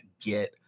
get